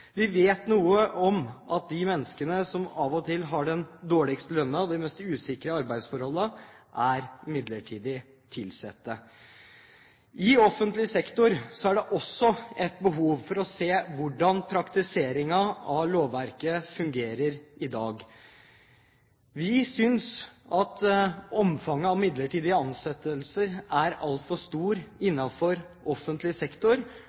til har den dårligste lønnen og de mest usikre arbeidsforholdene, er midlertidig ansatte. I offentlig sektor er det også behov for å se hvordan praktiseringen av lovverket fungerer i dag. Vi synes omfanget av midlertidige ansettelser innenfor offentlig sektor er altfor